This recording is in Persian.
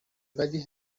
ولی